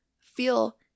feel